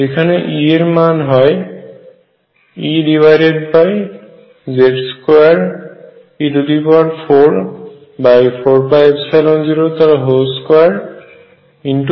যেখানে E এর মান হয় EZ2e44π022